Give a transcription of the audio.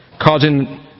causing